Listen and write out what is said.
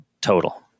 Total